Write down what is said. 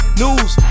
news